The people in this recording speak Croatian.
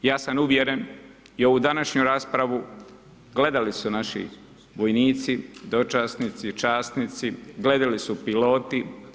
Ja sam uvjeren i ovu današnju raspravu gledali su naši vojnici, dočasnici, časnici, gledali su piloti.